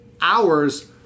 hours